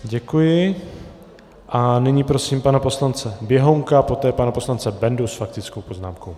Děkuji a nyní prosím pana poslance Běhounka a poté pana poslance Bendu s faktickou poznámkou.